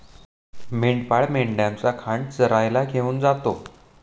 मेंढपाळ मेंढ्यांचा खांड चरायला घेऊन जातो